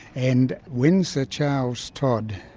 and when sir charles todd,